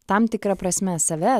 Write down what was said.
tam tikra prasme save